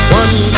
one